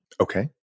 Okay